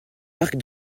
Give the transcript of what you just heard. marc